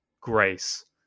grace